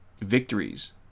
victories